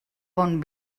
bon